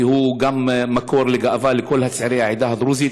כי הוא גם מקור לגאווה לכל צעירי העדה הדרוזית,